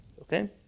Okay